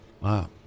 wow